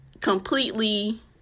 completely